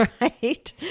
right